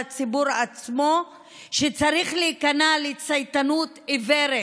שצריך להיכנע לצייתנות עיוורת?